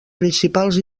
principals